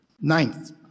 Ninth